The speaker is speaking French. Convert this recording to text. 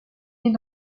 est